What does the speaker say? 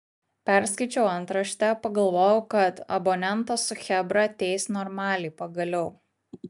perskaičiau antraštę pagalvojau kad abonentą su chebra teis normaliai pagaliau